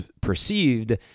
perceived